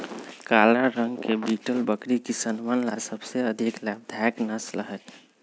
काला रंग के बीटल बकरी किसनवन ला सबसे अधिक लाभदायक नस्ल हई